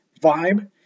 vibe